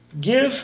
give